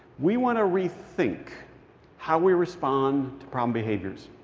we want to re-think how we respond to problem behaviors.